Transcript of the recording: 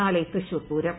നാളെ തൃശൂർ പൂരം